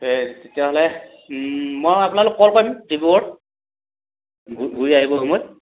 এই তেতিয়াহ'লে মই আপোনালোক কল কৰিম ডিব্ৰুগড়ত ঘূৰি আহিব সময়ত